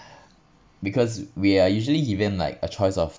because we are usually given like a choice of